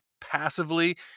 passively